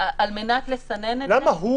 על מנת לסנן את זה --- למה?